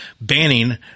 banning